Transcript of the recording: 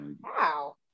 Wow